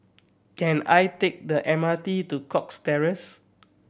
can I take the M R T to Cox Terrace